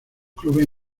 clubes